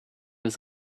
was